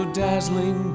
dazzling